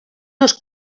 dos